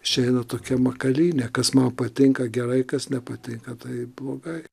išeina tokia makalynė kas man patinka gerai kas nepatinka tai blogai